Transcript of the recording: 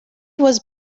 was